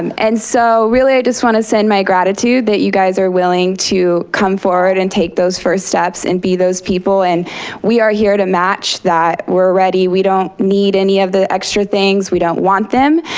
um and so, really i just want to send my gratitude that you guys are willing to come forward and take those first steps and be those people and we are here to match that. we're ready, we don't need any of the extra things. we don't want them.